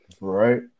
Right